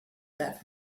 that